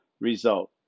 result